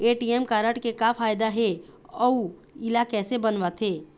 ATM card के का फायदा हे अऊ इला कैसे बनवाथे?